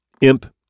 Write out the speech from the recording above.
Imp